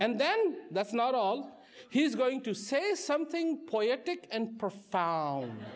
and then that's not all he's going to say something pointed and profound